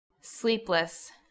Sleepless